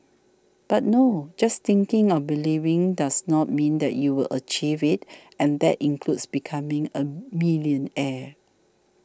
but no just thinking or believing does not mean that you will achieve it and that includes becoming a millionaire